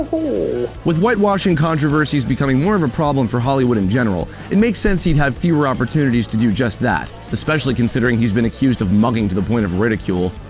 hoho! with whitewashing controversies becoming more of a problem for hollywood in general, it makes sense he'd have fewer opportunities to do just that especially considering he's been accused of mugging to the point of ridicule.